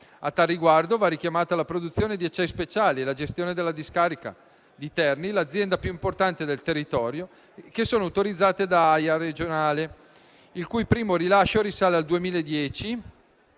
A tal riguardo va richiamata la produzione di acciai speciali e la gestione della discarica della Acciai speciali Terni, l'azienda più importante del territorio, che sono autorizzate in regime di AIA regionale, il cui primo rilascio risale al 2010,